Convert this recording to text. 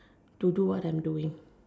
to do what I'm doing